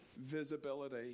visibility